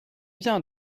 bien